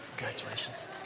Congratulations